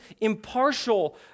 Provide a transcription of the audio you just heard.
impartial